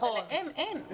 אבל להם אין.